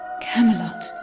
Camelot